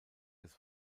des